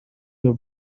your